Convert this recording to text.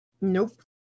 Nope